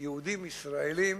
יהודים ישראלים